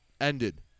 ended